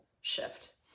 shift